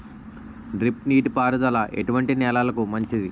Drip నీటి పారుదల ఎటువంటి నెలలకు మంచిది?